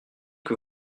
que